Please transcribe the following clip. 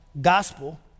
gospel